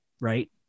right